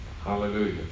Hallelujah